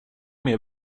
mer